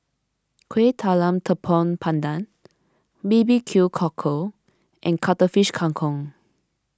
Kuih Talam Tepong Pandan B B Q Cockle and Cuttlefish Kang Kong